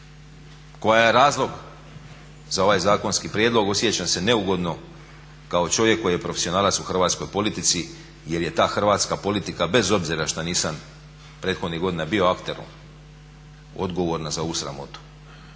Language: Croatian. koja je razlog za ovaj zakonski prijedlog, osjećam se neugodno kao čovjek koji je profesionalac u hrvatskoj politici jer je ta hrvatska politika bez obzira što nisam prethodnih godina bio akterom, odgovorna za ovu sramotu.